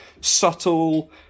subtle